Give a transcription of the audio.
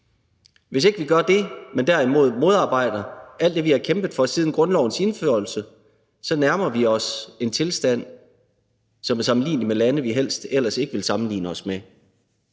Hvis ikke vi gør det, men derimod modarbejder alt det, vi har kæmpet for siden grundlovens indførelse, nærmer vi os en tilstand, som er sammenlignelig med tilstanden i lande, vi ellers helst ikke vil sammenligne os med,